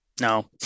No